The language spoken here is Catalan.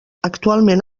actualment